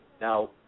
Now